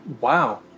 Wow